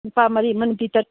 ꯅꯨꯄꯥ ꯃꯔꯤ ꯑꯃ ꯅꯨꯄꯤ ꯇꯔꯨꯛ